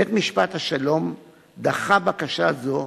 בית-משפט השלום דחה בקשה זו,